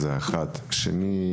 שנית,